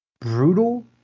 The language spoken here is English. brutal